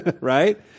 right